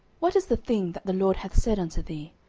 what is the thing that the lord hath said unto thee?